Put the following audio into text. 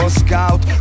scout